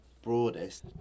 broadest